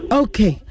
okay